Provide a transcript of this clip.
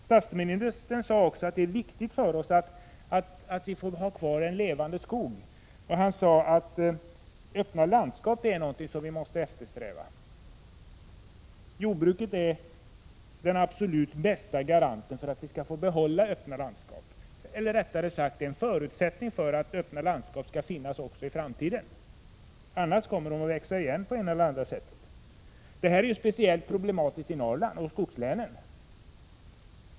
Statsministern sade också att det är viktigt att en levande skog finns kvar och att öppna landskap skall eftersträvas. Jordbruket är den absolut bästa förutsättningen för att det skall finnas öppna landskap också i framtiden — annars kommer de att växa igen. Det är särskilt problematiskt i Norrland och i skogslänen.